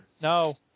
No